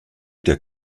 der